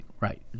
right